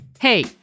Hey